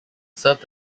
served